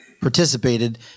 participated